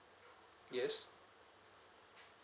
yes